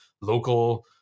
local